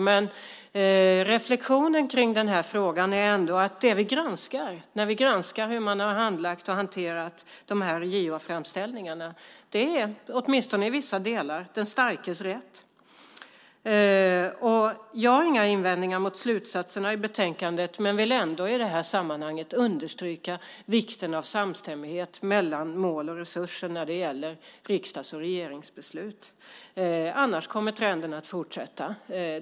Men reflexionen kring denna fråga är ändå att det vi granskar när vi granskar hur man har handlagt och hanterat de här JO-framställningarna är, i åtminstone i vissa delar, den starkes rätt. Jag har inga invändningar mot slutsatserna i betänkandet, men jag vill ändå i det här sammanhanget understryka vikten av samstämmighet mellan mål och resurser när det gäller riksdags och regeringsbeslut. Annars kommer trenden att fortsätta.